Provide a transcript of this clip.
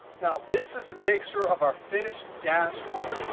now, this is a picture of our finished dashboard.